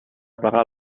pagar